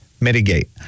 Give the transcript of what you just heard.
Mitigate